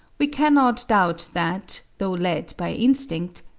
we cannot doubt that, though led by instinct,